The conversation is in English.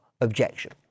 objection